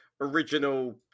original